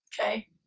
Okay